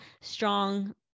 strong